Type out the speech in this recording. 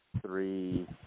three